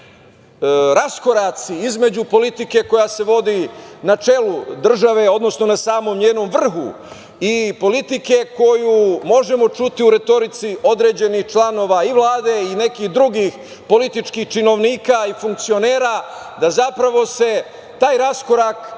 se raskoraci između politike koja se vodi na čelu države, odnosno na samom njenom vrhu i politike koju možemo čuti u retorici određenih članova i Vlade i nekih drugih političkih činovnika i funkcionera, da se zapravo taj raskorak